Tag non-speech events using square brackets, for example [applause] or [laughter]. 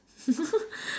[laughs]